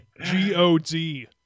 G-O-D